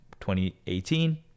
2018